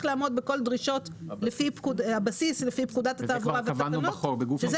לעמוד בכל דרישות הבסיס לפי פקודת התעבורה וזה כבר כתוב בחוק.